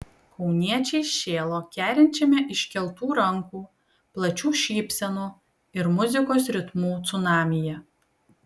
kauniečiai šėlo kerinčiame iškeltų rankų plačių šypsenų ir muzikos ritmų cunamyje